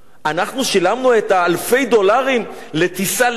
אנחנו שילמנו את אלפי הדולרים לטיסה לקהיר,